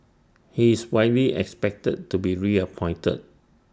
he is widely expected to be reappointed